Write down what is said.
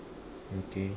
okay